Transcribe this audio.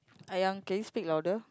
~ayang can you speak louder